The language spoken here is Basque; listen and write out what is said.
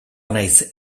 naiz